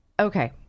okay